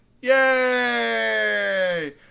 Yay